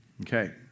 Okay